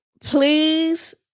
please